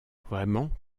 vraiment